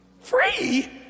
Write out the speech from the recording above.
Free